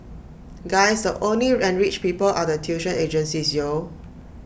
guys the only enriched people are the tuition agencies yo